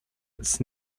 its